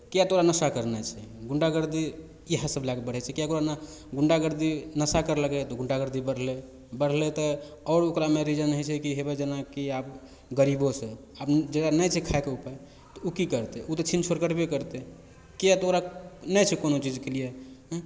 किएक तऽ ओ नशा करने छै गुण्डागर्दी इएहसभ लए कऽ बढ़ै छै किएकि ओकरा ने गुण्डागर्दी नशा करलकै तऽ गुण्डागर्दी बढ़लै बढ़लै तऽ आओर ओकरामे रीजन होइ छै की हेवए जेनाकि आब गरीबोसँ आब जकरा नहि छै खायके उपाय तऽ ओ की करतै ओ तऽ छीन छोड़ करबे करतै किएक तऽ ओकरा नहि छै कोनो चीजके लिए आँय